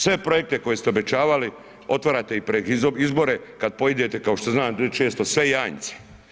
Sve projekte koje ste obećavali otvarate ih pred izbore, kada pojidete kao što znam reći često sve janjce.